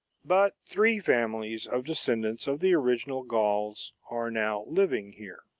but three families of descendants of the original gauls are now living here.